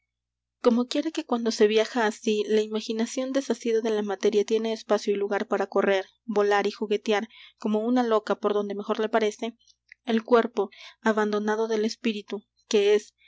como quiera que cuando se viaja así la imaginación desasida de la materia tiene espacio y lugar para correr volar y juguetear como una loca por donde mejor le parece el cuerpo abandonado del espíritu que es